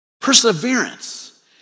Perseverance